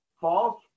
false